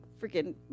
freaking